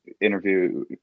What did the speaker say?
interview